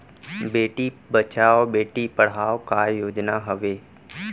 बेटी बचाओ बेटी पढ़ाओ का योजना हवे?